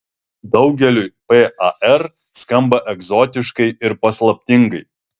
daugeliui par skamba egzotiškai ir paslaptingai